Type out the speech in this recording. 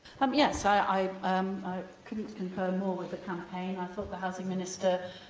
am yes, i i couldn't concur more with the campaign. i thought the housing minister